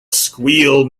squeal